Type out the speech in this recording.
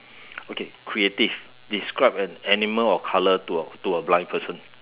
okay creative describe an animal or colour to a to a blind person